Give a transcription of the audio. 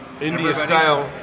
India-style